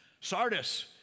Sardis